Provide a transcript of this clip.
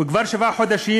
וכבר שבעה חודשים,